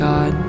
God